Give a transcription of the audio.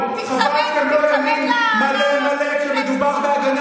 חבל שאתם ימין מלא מלא רק כשמדובר בביטול משפט נתניהו.